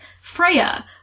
Freya